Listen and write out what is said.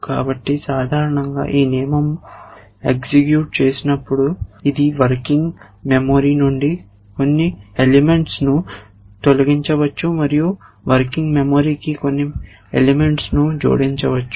కాబట్టి సాధారణంగా ఒక నియమం ఎగ్జిక్యూట చేసినప్పుడు ఇది వర్కింగ్ మెమరీ నుండి కొన్ని ఎలెమెంట్స్ ను తొలగించవచ్చు మరియు వర్కింగ్ మెమరీ కి కొన్ని ఎలెమెంట్స్ ను జోడించవచ్చు